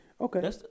Okay